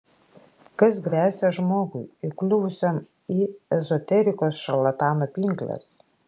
kas gresia žmogui įkliuvusiam į ezoterikos šarlatano pinkles